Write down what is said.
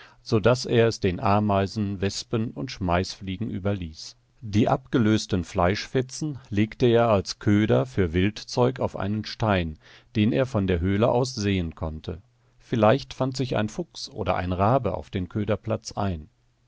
so daß er es den ameisen wespen und schmeißfliegen überließ die abgelösten fleischfetzen legte er als köder für wildzeug auf einen stein den er von der höhle aus sehen konnte vielleicht fand sich ein fuchs oder ein rabe auf dem köderplatz ein